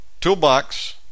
toolbox